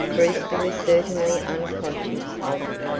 brewster was certainly unconscious of it.